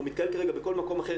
או מתקהל כרגע בכל מקום אחר,